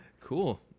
Cool